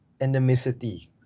endemicity